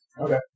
Okay